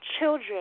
children